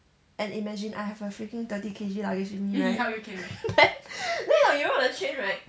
and imagine I have a freaking thirty K_G luggage with me then then like you know on the train right